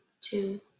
two